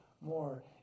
more